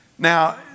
Now